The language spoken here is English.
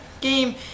game